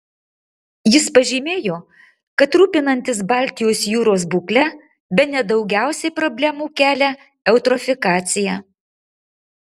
jis pažymėjo kad rūpinantis baltijos jūros būkle bene daugiausiai problemų kelia eutrofikacija